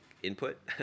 Input